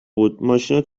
بود، ماشینو